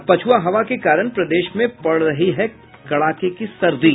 और पछुआ हवा के कारण प्रदेश में पड़ रही कड़ाके की सर्दी